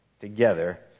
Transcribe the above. together